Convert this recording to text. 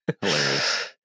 Hilarious